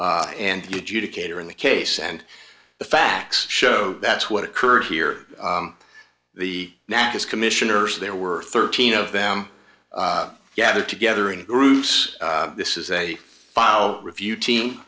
or and you decatur in the case and the facts show that's what occurred here the madness commissioners there were thirteen of them gathered together in groups this is a file review team